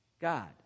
God